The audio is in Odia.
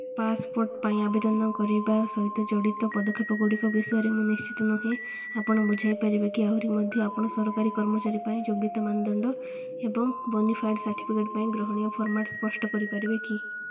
ପାସପୋର୍ଟ୍ ପାଇଁ ଆବେଦନ କରିବା ସହିତ ଜଡ଼ିତ ପଦକ୍ଷେପ ଗୁଡ଼ିକ ବିଷୟରେ ମୁଁ ନିଶ୍ଚିତ ନୁହେଁ ଆପଣ ବୁଝାଇ ପାରିବେ କି ଆହୁରି ମଧ୍ୟ ଆପଣ ସରକାରୀ କର୍ମଚାରୀ ପାଇଁ ଯୋଗ୍ୟତା ମାନଦଣ୍ଡ ଏବଂ ବୋନାଫାଏଡ଼୍ ସାର୍ଟିଫିକେଟ୍ ପାଇଁ ଗ୍ରହଣୀୟ ଫର୍ମାଟ୍ ସ୍ପଷ୍ଟ କରିପାରିବେ କି